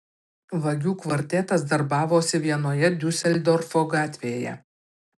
vagių kvartetas darbavosi vienoje diuseldorfo gatvėje